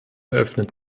eröffnet